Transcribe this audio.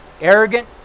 Arrogant